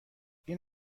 این